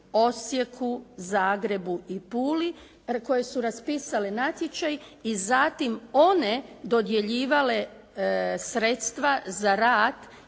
Osijeku, Zagrebu i Puli koje su raspisale natječaj i zatim one dodjeljivale sredstva za rad